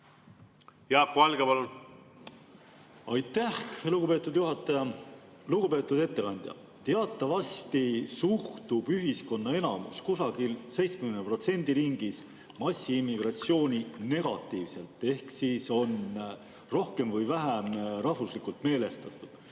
Jaak Valge, palun! Aitäh, lugupeetud juhataja! Lugupeetud ettekandja! Teatavasti suhtub ühiskonna enamus, kusagil 70% ringis, massiimmigratsiooni negatiivselt ehk on rohkem või vähem rahvuslikult meelestatud.